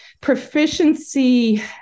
proficiency